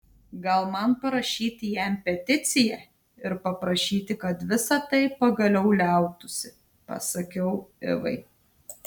gal man parašyti jam peticiją ir paprašyti kad visa tai pagaliau liautųsi pasakiau ivai